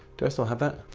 do i still have that.